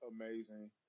amazing